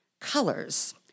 colors